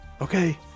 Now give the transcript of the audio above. Okay